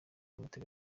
amateka